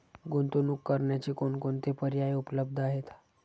गुंतवणूक करण्याचे कोणकोणते पर्याय उपलब्ध आहेत?